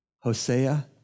Hosea